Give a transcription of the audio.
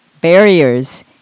barriers